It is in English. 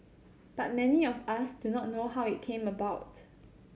but many of us do not know how it came about